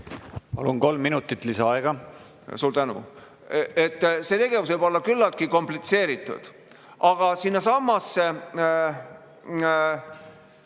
Palun, kolm minutit lisaaega! Suur tänu! See tegevus võib olla küllaltki komplitseeritud. Aga sinnasamasse